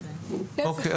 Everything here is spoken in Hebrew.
אוקיי,